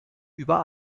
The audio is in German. über